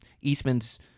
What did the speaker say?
Eastman's